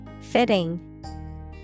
Fitting